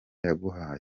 yaguhaye